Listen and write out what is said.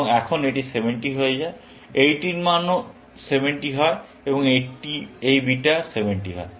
এখন এটি 70 হয়ে যায় এবং এইটির মানও 70 হয় এবং এই বিটা 70 হয়